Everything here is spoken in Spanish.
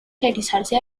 realizarse